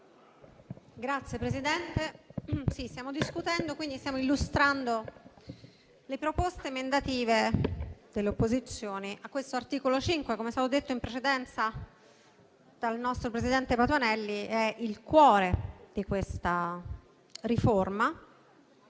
Signor Presidente, stiamo illustrando le proposte emendative delle opposizioni a questo articolo 5. Come è stato detto in precedenza, dal nostro presidente Patuanelli, esso è il cuore di questa riforma,